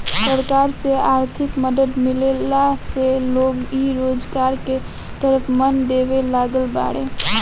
सरकार से आर्थिक मदद मिलला से लोग इ रोजगार के तरफ मन देबे लागल बाड़ें